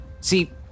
See